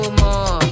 more